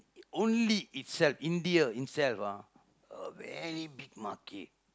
only itself India itself ah a very big market